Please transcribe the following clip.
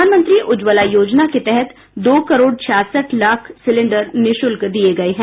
प्रधानमंत्री उज्जवला योजना के तहत दो करोड छियासठ लाख सिलिंडर निःशुल्क दिये गये हैं